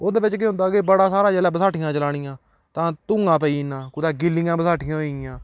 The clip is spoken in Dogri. ओह्दे बिच्च केह् होंदा कि बड़ा सारा जेल्लै बसाठियां जलानियां तां धूआं पेई जाना कुतै गिल्लियां बसाठियां होई गेइयां